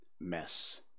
mess